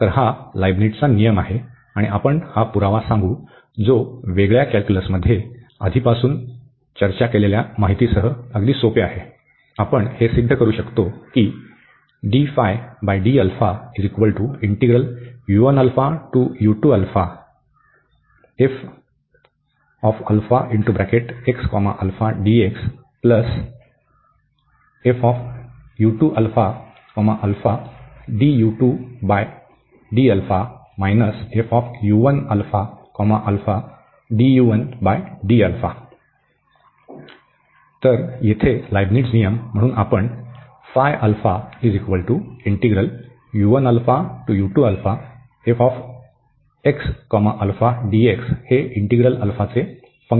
तर हा लिबनिट्झचा नियम आहे आणि आपण हा पुरावा सांगू जो वेगळ्या कॅल्क्युलसमध्ये आधीपासून चर्चा केलेल्या माहितीसह अगदी सोपे आहे आपण हे सिद्ध करू शकतो की तर येथे लिबनिट्झ नियम म्हणून आपण हे इंटीग्रल अल्फाचे फंक्शन म्हणून तपासतो